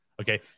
Okay